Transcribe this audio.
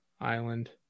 island